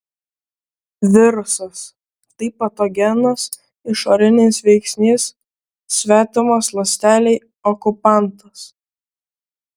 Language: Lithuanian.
virusas tai patogenas išorinis veiksnys svetimas ląstelei okupantas